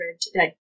today